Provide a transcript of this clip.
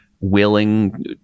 willing